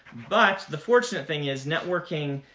but the fortunate thing is, networking,